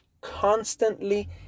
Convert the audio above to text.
constantly